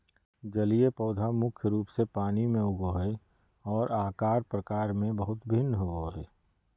जलीय पौधा मुख्य रूप से पानी में उगो हइ, और आकार प्रकार में बहुत भिन्न होबो हइ